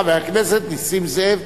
חבר הכנסת נסים זאב,